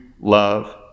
love